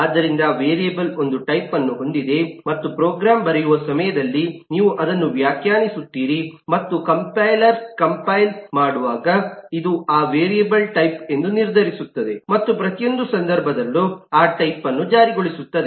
ಆದ್ದರಿಂದ ವೇರಿಯೇಬಲ್ ಒಂದು ಟೈಪ್ಅನ್ನು ಹೊಂದಿದೆ ಮತ್ತು ಪ್ರೋಗ್ರಾಮ್ ಬರೆಯುವ ಸಮಯದಲ್ಲಿ ನೀವು ಅದನ್ನು ವ್ಯಾಖ್ಯಾನಿಸುತ್ತೀರಿ ಮತ್ತು ಕಂಪೈಲರ್ ಕಂಪೈಲ್ ಮಾಡುವಾಗ ಇದು ಆ ವೇರಿಯೇಬಲ್ ಟೈಪ್ ಎಂದು ನಿರ್ಧರಿಸುತ್ತದೆಮತ್ತು ಪ್ರತಿಯೊಂದು ಸಂದರ್ಭದಲ್ಲೂ ಆ ಟೈಪ್ ಅನ್ನು ಜಾರಿಗೊಳಿಸುತ್ತದೆ